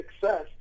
success